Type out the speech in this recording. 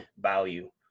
value